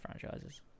franchises